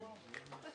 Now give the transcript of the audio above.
12:10.